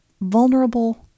vulnerable